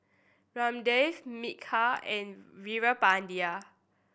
Ramdev Milkha and Veerapandiya